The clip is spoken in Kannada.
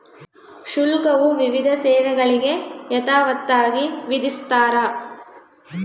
ಶುಲ್ಕವು ವಿವಿಧ ಸೇವೆಗಳಿಗೆ ಯಥಾವತ್ತಾಗಿ ವಿಧಿಸ್ತಾರ